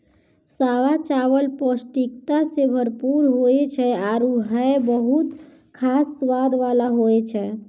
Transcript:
सावा चावल पौष्टिकता सें भरपूर होय छै आरु हय बहुत खास स्वाद वाला होय छै